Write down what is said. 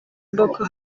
boko